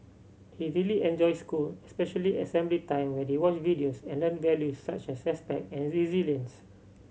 he really enjoys school especially assembly time where they watch videos and learn values such as respect and resilience